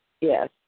yes